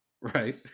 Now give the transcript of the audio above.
right